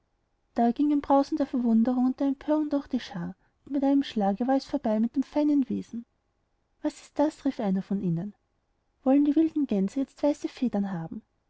da ging ein brausen der verwunderung und der empörung durch die schar und mit einem schlage war es vorbei mit dem feinenwesen was ist das rief einer von ihnen wollen die wilden gänse jetzt weiße federnhaben